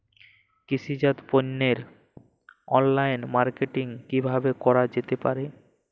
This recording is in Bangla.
কৃষিজাত পণ্যের অনলাইন মার্কেটিং কিভাবে করা যেতে পারে?